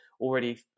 already